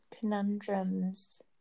conundrums